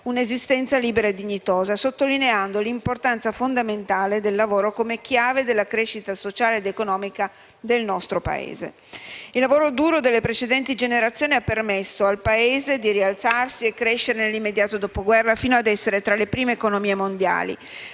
un'esistenza libera e dignitosa», sottolineando l'importanza fondamentale del lavoro, come chiave della crescita sociale ed economica del nostro Paese. Il lavoro duro delle precedenti generazioni ha permesso al Paese di rialzarsi e crescere nell'immediato dopoguerra fino a essere tra le prime economie mondiali.